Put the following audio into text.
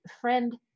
friend